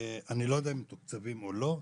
אני לא יודע אם הם מתוקצבים או לא,